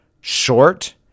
short